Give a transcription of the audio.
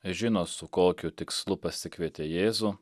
žino su kokiu tikslu pasikvietė jėzų